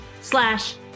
slash